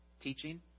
teaching